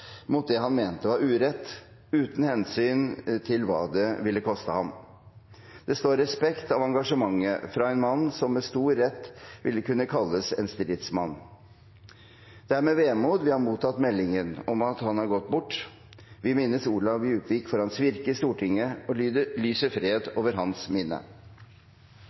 mot det han mente var urett, uten hensyn til hva det ville koste ham. Det står respekt av engasjementet fra en mann som med stor rett ville kunne kalles en stridsmann. Det er med vemod vi har mottatt meldingen om at han er gått bort. Vi minnes Olav Djupvik for hans virke i Stortinget og lyser fred over hans minne.